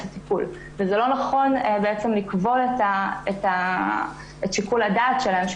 הטיפול וזה לא נכון לכבול את שיקול הדעת שלהם,